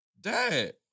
dad